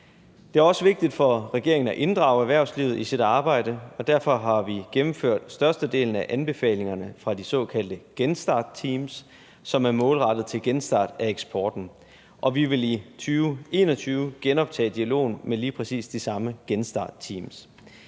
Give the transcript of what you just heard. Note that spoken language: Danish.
Det er også vigtigt for regeringen at inddrage erhvervslivet i sit arbejde, og derfor har vi gennemført størstedelen af anbefalingerne fra de såkaldte genstartteams, som er målrettet genstart af eksporten. Vi vil i 2021 genoptage dialogen med lige præcis de samme genstartteams.